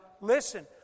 listen